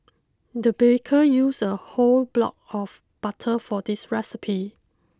the baker used a whole block of butter for this recipe